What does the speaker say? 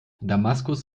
damaskus